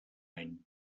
any